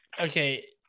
Okay